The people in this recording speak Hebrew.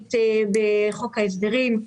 וחפיפניקית בחוק ההסדרים.